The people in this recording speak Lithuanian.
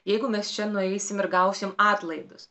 jeigu mes čia nueisim ir gausim atlaidus